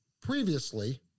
previously